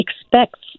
expects